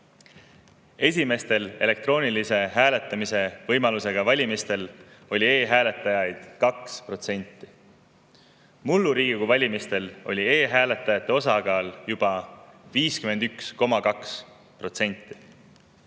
Esimestel elektroonilise hääletamise võimalusega valimistel oli e‑hääletajaid 2%. Mullu Riigikogu valimistel oli e‑hääletajate osakaal juba 51,2%.